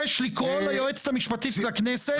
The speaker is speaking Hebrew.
לקרוא ליועצת המשפטית לכנסת לוועדה פה.